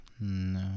No